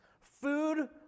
food